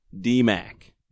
D-Mac